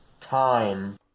Time